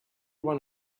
one